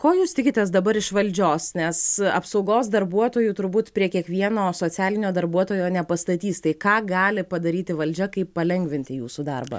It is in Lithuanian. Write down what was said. ko jūs tikitės dabar iš valdžios nes apsaugos darbuotojų turbūt prie kiekvieno socialinio darbuotojo nepastatys tai ką gali padaryti valdžia kaip palengvinti jūsų darbą